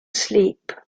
sleep